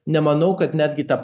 nemanau kad netgi ta